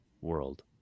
world